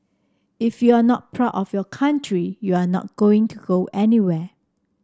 if you are not proud of your country you are not going to go anywhere